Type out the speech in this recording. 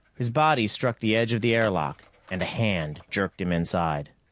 his body struck the edge of the airlock and a hand jerked him inside.